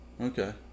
Okay